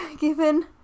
given